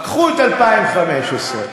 קחו את תקציב 2015,